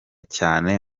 cyane